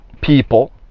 people